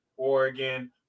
Oregon